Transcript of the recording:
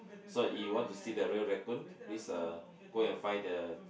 so if you want to see the real raccoon please uh go and find the